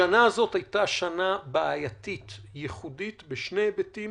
השנה הזאת הייתה שנה בעייתית וייחודית בשני היבטים: